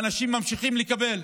ואנשים ממשיכים לקבל.